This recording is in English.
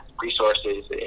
resources